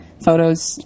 photos